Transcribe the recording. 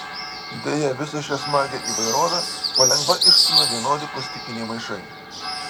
deja visą šią smagią įvairovę palengva išstumia vienodi plastikiniai maišai